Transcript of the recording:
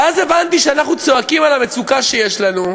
ואז הבנתי שאנחנו צועקים על המצוקה שיש לנו,